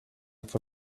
for